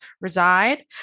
reside